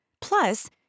Plus